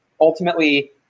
Ultimately